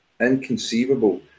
inconceivable